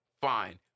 Fine